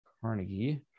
Carnegie